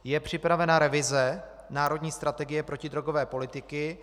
Je připravena revize národní strategie protidrogové politiky.